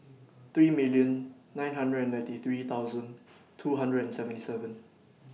three million nine hundred and ninety three thousand two hundred and seventy seven